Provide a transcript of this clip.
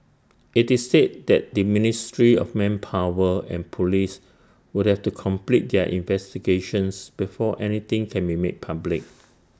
IT is said that the ministry of manpower and Police would have to complete their investigations before anything can be made public